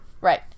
Right